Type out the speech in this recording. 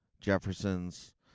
Jefferson's